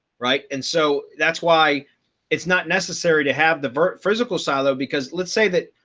right. and so that's why it's not necessary to have the physical silo. because let's say that,